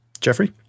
Jeffrey